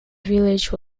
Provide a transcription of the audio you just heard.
village